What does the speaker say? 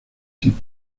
tipo